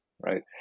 Right